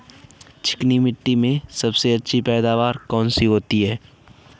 चिकनी मिट्टी में सबसे अच्छी पैदावार कौन सी होती हैं?